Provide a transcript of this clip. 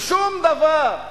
שום דבר.